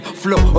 flow